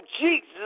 Jesus